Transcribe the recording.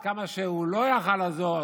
עד כמה שהוא לא יכול היה לעזור,